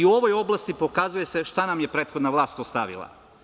I, u ovoj oblasti pokazuje se šta nam je prethodna vlast ostavila.